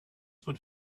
would